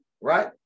right